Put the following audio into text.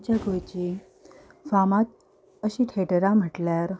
आमच्या गोंयची फामाद अशीं थेटरां म्हटल्यार